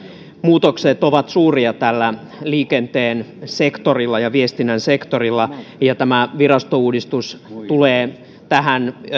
muutokset ovat suuria tällä liikenteen sektorilla ja viestinnän sektorilla ja tämä virastouudistus tulee tähän